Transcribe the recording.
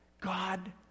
God